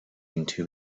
into